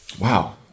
Wow